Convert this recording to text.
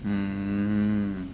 mm